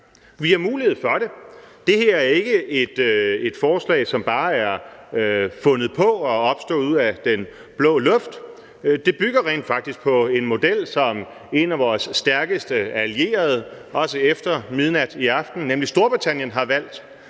Vi har mulighed for det. Det her er ikke et forslag, som bare er fundet på, og som er opstået ud af den blå luft. Det bygger rent faktisk på en model, som en af vores stærkeste allierede – også efter midnat i aften – nemlig Storbritannien, har valgt,